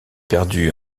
perdu